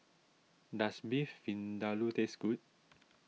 does Beef Vindaloo taste good